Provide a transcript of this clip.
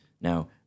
Now